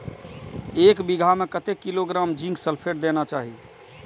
एक बिघा में कतेक किलोग्राम जिंक सल्फेट देना चाही?